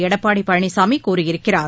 எடப்பாடி பழனிசாமி கூறியிருக்கிறார்